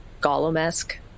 gollum-esque